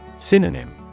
Synonym